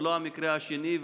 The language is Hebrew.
ולא המקרה השני,